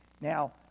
now